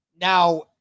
now